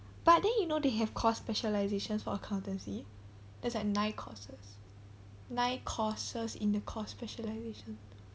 but then you know they have course specialisations for accountancy there's like nine courses nine courses in the course specialisation